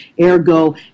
Ergo